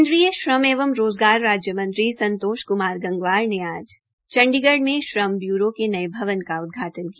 केन्द्रीय श्रम एवं रोज़गार मंत्री संतोष गंगवार ने आज चंडीगढ़ में श्रम ब्यूरो के नये भवन की उदघाटन किया